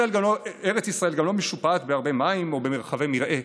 ארץ ישראל גם לא משופעת בהרבה מים או במרחבי מרעה.